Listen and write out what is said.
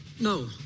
No